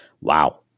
wow